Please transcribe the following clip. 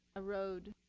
a road,